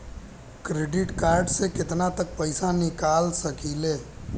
Credit card से केतना तक पइसा निकाल सकिले?